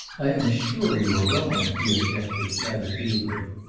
i am sure you are wrong, he objected, rather feebly.